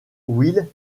will